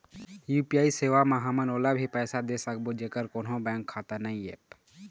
UPI सेवा म हमन ओला भी पैसा दे सकबो जेकर कोन्हो बैंक खाता नई ऐप?